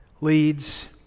leads